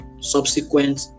subsequent